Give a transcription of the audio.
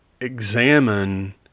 examine